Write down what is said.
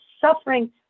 suffering